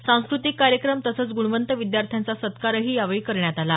सांस्कृतिक कार्यक्रम तसंच ग्णवंत विद्यार्थ्यांचा सत्कारही यावेळी करण्यात आला